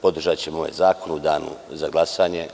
Podržaćemo ovaj zakon u Danu za glasanje.